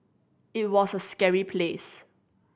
it was a scary place